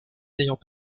n’ayant